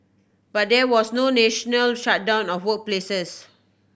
but there was no national shutdown of workplaces